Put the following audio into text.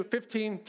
Fifteen